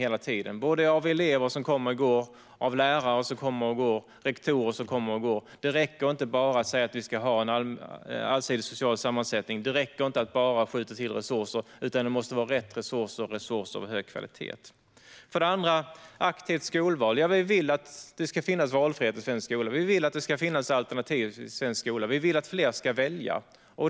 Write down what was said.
Det är elever som kommer och går, lärare som kommer och går och rektorer som kommer och går. Det räcker inte att bara säga att vi ska ha en allsidig social sammansättning, och det räcker inte att bara skjuta till resurser. I stället måste det vara rätt resurser och resurser av hög kvalitet. När det gäller ett aktivt skolval vill vi att det ska finnas valfrihet i svensk skola. Vi vill att det ska finnas alternativ i svensk skola, och vi vill att fler ska välja.